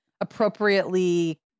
appropriately